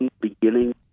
beginning